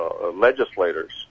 legislators